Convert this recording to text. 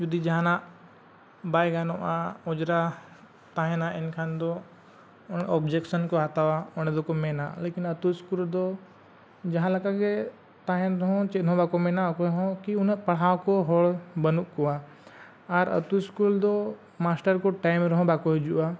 ᱡᱩᱫᱤ ᱡᱟᱦᱟᱱᱟᱜ ᱵᱟᱭ ᱜᱟᱱᱚᱜᱼᱟ ᱚᱡᱽᱨᱟ ᱛᱟᱦᱮᱱᱟ ᱮᱱᱠᱷᱟᱱ ᱫᱚ ᱠᱚ ᱦᱟᱛᱟᱣᱟ ᱚᱸᱰᱮ ᱫᱚᱠᱚ ᱢᱮᱱᱟ ᱢᱮᱱᱟ ᱞᱮᱠᱤᱱ ᱟᱹᱛᱩ ᱨᱮᱫᱚ ᱡᱟᱦᱟᱸ ᱞᱮᱠᱟᱜᱮ ᱛᱟᱦᱮᱱ ᱨᱮᱦᱚᱸ ᱪᱮᱫᱦᱚᱸ ᱵᱟᱠᱚ ᱢᱮᱱᱟ ᱚᱠᱚᱭ ᱦᱚᱸ ᱠᱤ ᱩᱱᱟᱹᱜ ᱯᱟᱲᱦᱟᱣ ᱠᱚ ᱦᱚᱲ ᱵᱟᱹᱱᱩᱜ ᱠᱚᱣᱟ ᱟᱨ ᱟᱹᱛᱩ ᱫᱚ ᱠᱚ ᱨᱮᱦᱚᱸ ᱵᱟᱠᱚ ᱦᱤᱡᱩᱜᱼᱟ